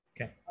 Okay